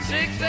Six